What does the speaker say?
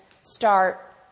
start